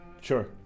Sure